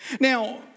Now